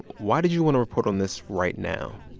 why did you want to report on this right now?